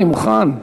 אני מוכן.